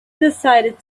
decided